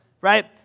right